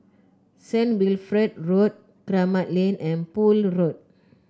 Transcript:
Saint Wilfred Road Kramat Lane and Poole Road